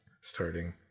Starting